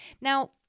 Now